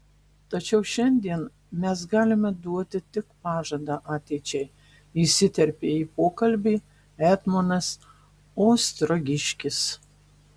tačiau šiandien mes galime duoti tik pažadą ateičiai įsiterpė į pokalbį etmonas ostrogiškis